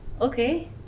Okay